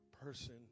Person